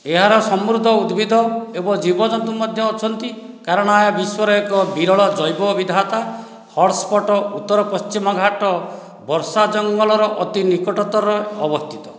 ଏହାର ସମୃଦ୍ଧ ଉଦ୍ଭିଦ ଏବଂ ଜୀବଜନ୍ତୁ ମଧ୍ୟ ଅଛନ୍ତି କାରଣ ଏହା ବିଶ୍ୱର ଏକ ବିରଳ ଜୈବ ବିବିଧତା ହଟସ୍ପଟ୍ ଉତ୍ତର ପଶ୍ଚିମ ଘାଟ ବର୍ଷାଜଙ୍ଗଲର ଅତି ନିକଟରେ ଅବସ୍ଥିତ